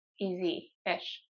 easy-ish